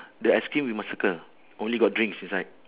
the ice cream you must circle only got drinks inside